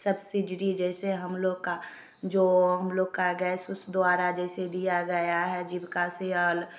subsidiary जैसे हम लोग का जो हम लोग का गैस ऊस द्वारा दिया गया है जीविका सियाल